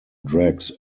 drags